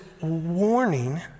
warning